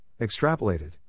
extrapolated